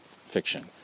fiction